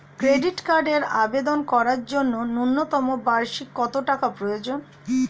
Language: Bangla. ক্রেডিট কার্ডের আবেদন করার জন্য ন্যূনতম বার্ষিক কত টাকা প্রয়োজন?